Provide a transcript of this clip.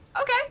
Okay